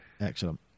Excellent